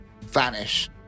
vanish